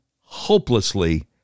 hopelessly